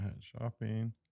Shopping